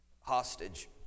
hostage